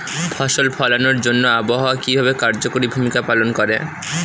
ফসল ফলানোর জন্য আবহাওয়া কিভাবে কার্যকরী ভূমিকা পালন করে?